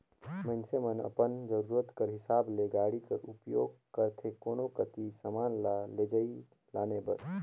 मइनसे मन अपन जरूरत कर हिसाब ले गाड़ी कर उपियोग करथे कोनो कती समान ल लेइजे लाने बर